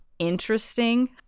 Interesting